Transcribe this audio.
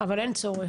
אבל אין צורך.